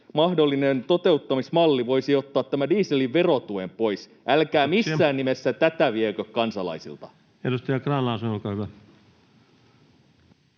mahdollinen toteuttamismalli voisi ottaa tämän dieselin verotuen pois. [Puhemies: Kiitoksia!] Älkää missään nimessä tätä viekö kansalaisilta. Edustaja Grahn-Laasonen, olkaa hyvä.